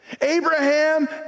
Abraham